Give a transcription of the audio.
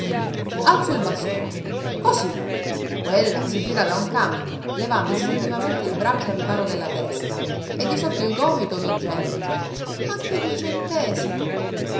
alzo il bastone cosí quella si tira da un canto levando istintivamente il braccio a riparo della testa e di sotto il gomito mi geme anche due centesimi